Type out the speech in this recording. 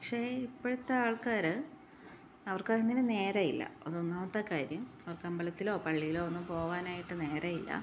പക്ഷെ ഇപ്പോഴത്തെ ആള്ക്കാർ അവര്ക്കൊന്നിനും നേരമില്ല അത് ഒന്നാമത്തെകാര്യം അവര്ക്ക് അമ്പലത്തിലോ പള്ളിയിലോ ഒന്നും പോകാനായിട്ട് നേരമില്ല